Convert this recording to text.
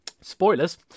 Spoilers